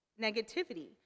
negativity